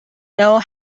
know